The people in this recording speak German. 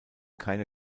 keine